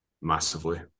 massively